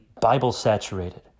Bible-saturated